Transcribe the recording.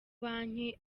banki